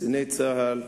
קציני צה"ל,